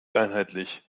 einheitlich